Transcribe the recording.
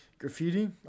Graffiti